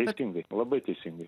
teisingai labai teisingai